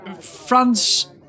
France